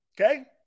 Okay